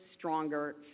stronger